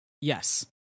yes